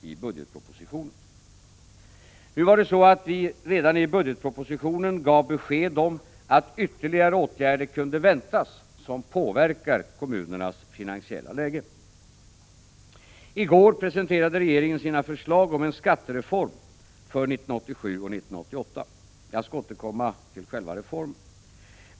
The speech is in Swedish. I budgetpropositionens finansplan gav även regeringen besked om att ytterligare åtgärder kunde väntas, som påverkar kommunernas finansiella läge. I går presenterade regeringen sina förslag om en skattereform för 1987 och 1988. Jag skall återkomma till denna reform.